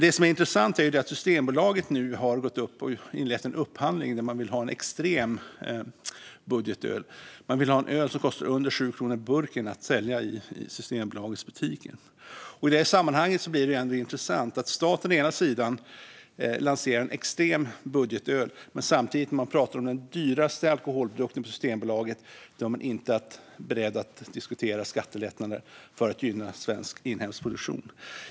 Det är intressant att Systembolaget nu har inlett en upphandling för ett extremt budgetöl. Man vill ha ett öl som kostar under 7 kronor burken att sälja i Systembolagets butiker. I det sammanhanget blir det intressant att staten å ena sidan lanserar ett extremt budgetöl men å andra sidan när det gäller den dyraste alkoholprodukten på Systembolaget inte är beredd att diskutera skattelättnader för att gynna inhemsk produktion.